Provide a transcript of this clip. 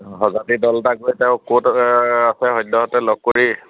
সজাতি দল এটা গৈ তেওঁ ক'ত আছে সদ্যহতে লগ কৰি